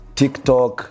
tiktok